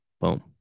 Boom